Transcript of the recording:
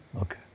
Okay